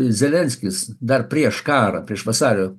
zelenskis dar prieš karą prieš vasario